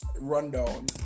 Rundown